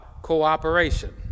Cooperation